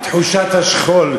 שתחושת השכול,